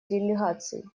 делегаций